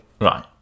Right